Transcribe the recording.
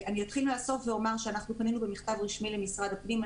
אנחנו פנינו במכתב רשמי למשרד הפנים.